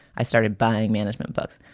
i started buying management books.